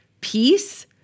peace